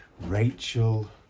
Rachel